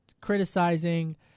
criticizing